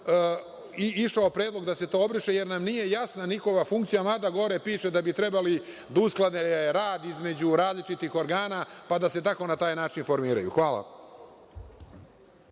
išao predlog da se to obriše, jer nam nije jasna njihova funkcija, mada gore piše da bi trebali da usklade rad između različitih organa, pa da se tako na taj način formiraju. Hvala.